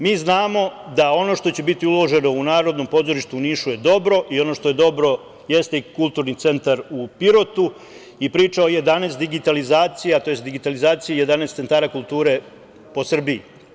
Mi znamo da ono što će biti uloženo u Narodnom pozorištu u Nišu je dobro i ono što je dobro jeste i Kulturni centar u Pirotu i priča o 11 digitalizacija, tj. digitalizaciji 11 centara kulture po Srbiji.